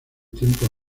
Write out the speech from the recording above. tiempo